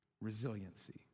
resiliency